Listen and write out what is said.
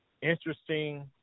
Interesting